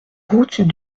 route